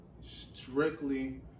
strictly